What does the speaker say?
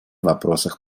вопросах